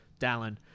Dallin